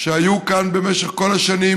שהיו כאן במשך כל השנים,